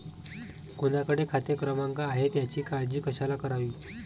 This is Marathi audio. कोणाकडे खाते क्रमांक आहेत याची काळजी कशाला करावी